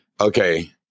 okay